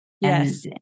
Yes